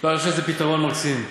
אני חושב שזה פתרון מקסים.